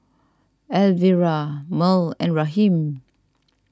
Elvira Merl and Raheem